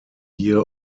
year